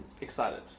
excited